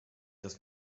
dass